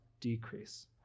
decrease